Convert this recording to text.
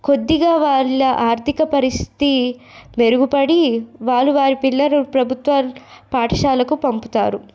కొద్దిగా వాళ్ళ ఆర్థిక పరిస్థితి మెరుగుపడి వాళ్ళు వారి పిల్లలు ప్రభుత్వ పాఠశాలకు పంపుతారు